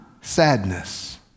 sadness